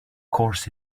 course